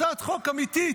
הצעת חוק אמיתית.